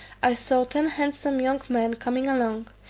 i saw ten handsome young men coming along,